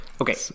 Okay